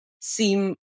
seem